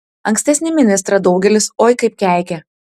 ankstesnį ministrą daugelis oi kaip keikė